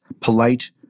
polite